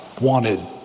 wanted